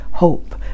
Hope